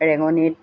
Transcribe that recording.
ৰেঙনিত